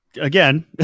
again